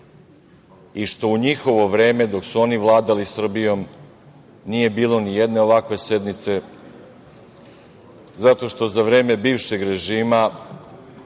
i što u njihovo vreme, dok su oni vladali Srbijom nije bilo nijedne ovakve sednice zato što za vreme bivšeg režima